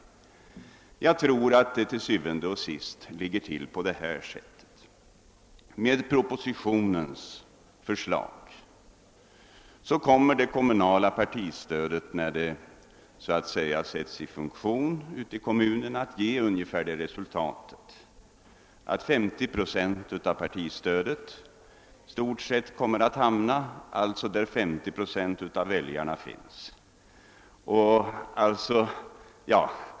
Jag tror att det till syvende og sidst ligger till så här: Enligt förslaget i propositionen kommer det kommunala partistödet, när det sätts i funktion, att ge det resultatet, att ungefär 50 procent av partistödet hamnar där 50 procent av väljarna finns.